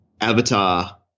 Avatar